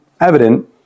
evident